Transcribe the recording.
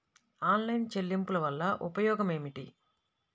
Online చెల్లింపుల వల్ల ఉపయోగమేమిటీ?